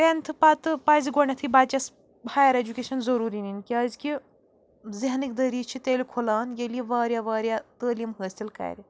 tenth پَتہٕ پَزِ گۄڈٕنٮ۪تھٕے بَچَس ہَیَر اٮ۪جُکیشَن ضٔروٗری نِنۍ کیٛازکہِ ذہنٕکۍ دٔریٖچ چھِ تیٚلہِ کھُلان ییٚلہِ یہِ واریاہ واریاہ تعٲلیٖم حٲصِل کَرِ